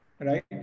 right